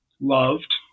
loved